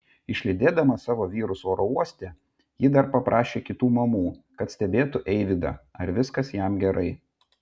išlydėdama savo vyrus oro uoste ji dar paprašė kitų mamų kad stebėtų eivydą ar viskas jam gerai